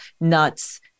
nuts